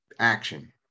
Action